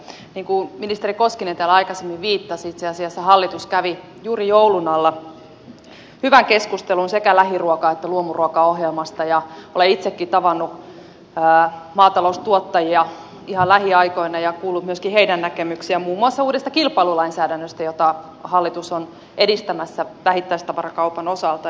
niin kuin ministeri koskinen täällä aikaisemmin viittasi itse asiassa hallitus kävi juuri joulun alla hyvän keskustelun sekä lähiruoka että luomuruokaohjelmasta ja olen itsekin tavannut maataloustuottajia ihan lähiaikoina ja kuullut myöskin heidän näkemyksiään muun muassa uudesta kilpailulainsäädännöstä jota hallitus on edistämässä vähittäistavarakaupan osalta